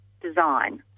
Design